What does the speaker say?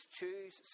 choose